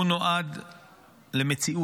הוא נועד למציאות,